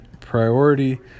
priority